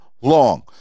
long